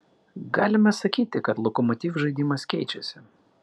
galime sakyti kad lokomotiv žaidimas keičiasi